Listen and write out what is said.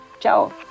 Ciao